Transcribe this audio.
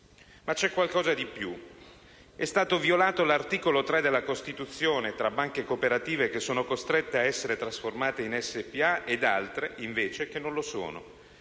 Ma c'è qualcosa di più. È stato violato l'articolo 3 della Costituzione, tra banche e cooperative che sono costrette ad essere trasformate in SpA ed altre, invece, che non lo sono.